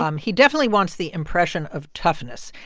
um he definitely wants the impression of toughness,